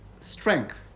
strength